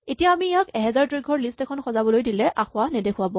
এতিয়া আমি ইয়াক ১০০০ দৈৰ্ঘ্যৰ লিষ্ট এখন সজাবলৈ দিলে ই আসোঁৱাহ নেদেখুৱাব